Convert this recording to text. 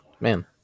man